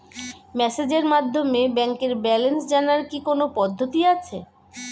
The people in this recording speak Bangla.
মেসেজের মাধ্যমে ব্যাংকের ব্যালেন্স জানার কি কোন পদ্ধতি আছে?